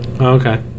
okay